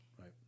Right